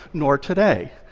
nor today.